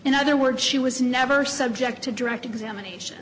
in other words she was never subject to direct examination